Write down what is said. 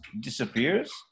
disappears